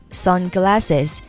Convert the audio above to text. sunglasses